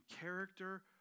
character